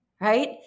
right